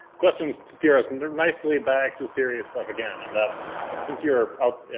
questions to steer us and nicely back to serious stuff again. and that's, since you're out,